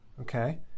okay